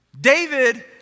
David